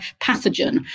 pathogen